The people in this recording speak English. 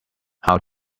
how